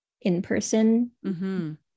in-person